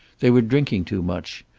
they were drinking too much.